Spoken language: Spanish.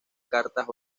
cartas